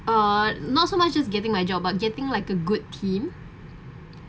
uh not so much just getting my job but getting like a good team